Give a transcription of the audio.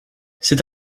cet